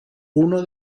uno